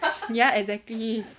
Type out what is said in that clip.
ya exactly